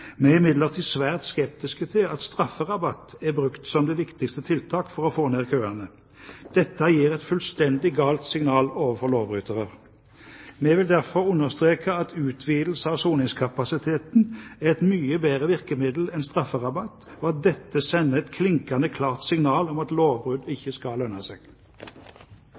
er imidlertid svært skeptiske til at strafferabatt er brukt som det viktigste tiltaket for å få ned køene. Dette gir et fullstendig galt signal overfor lovbrytere. Vi vil derfor understreke at utvidelse av soningskapasiteten er et mye bedre virkemiddel enn strafferabatt, og at dette sender et klinkende klart signal om at lovbrudd ikke skal lønne seg.